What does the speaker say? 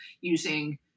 using